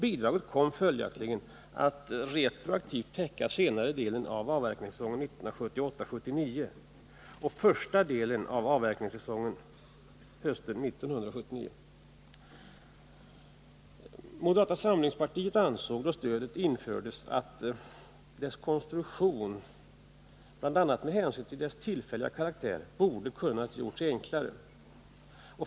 Bidraget kom följaktligen att retroaktivt täcka senare delen av avverkningssäsongen 1978/79 och första delen av avverkningssäsongen hösten 1979. Moderata samlingspartiet ansåg, då stödet infördes, att dess konstruktion — bl.a. med hänsyn till dess tillfälliga karaktär — borde ha kunnat göras enklare.